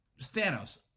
Thanos